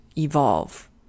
evolve